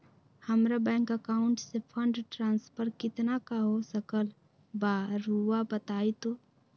हमरा bank account से fund transfer कितना का हो सकल बा रुआ बताई तो?